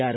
R